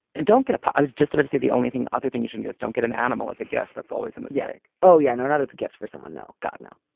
and don't get it. i was just about to say the only thing other thing you should get don't get an animal as a guest. that's always a mistake. oh, yeah. no, not as gifts for someone. no. god, no.